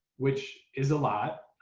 which is a lot.